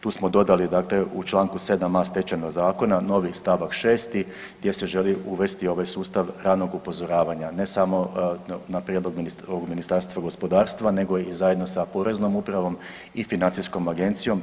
Tu smo dodali dakle u Članku 7a. Stečajnog zakona novi stavak 6. gdje se želi uvesti ovaj sustav ranog upozoravanja ne samo na prijedlog Ministarstva gospodarstva nego i zajedno sa Poreznom upravom i financijskom agencijom.